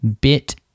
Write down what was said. bit